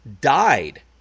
died